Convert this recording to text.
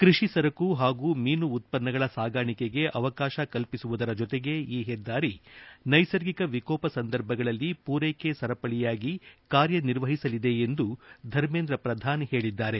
ಕೃಷಿ ಸರಕು ಹಾಗೂ ಮೀನು ಉತ್ಪನ್ನಗಳ ಸಾಗಾಣಿಕೆಗೆ ಅವಕಾಶ ಕಲ್ಪಿಸುವುದರ ಜೊತೆಗೆ ಈ ಹೆದ್ದಾರಿ ನ್ಲೆಸರ್ಗಿಕ ವಿಕೋಪ ಸಂದರ್ಭಗಳಲ್ಲಿ ಮೂರ್ನೆಕೆ ಸರಪಳಿಯಾಗಿ ಕಾರ್ಯನಿರ್ವಹಿಸಲಿದೆ ಎಂದು ಧರ್ಮೇಂದ್ರ ಪ್ರಧಾನ್ ಹೇಳಿದ್ದಾರೆ